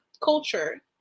culture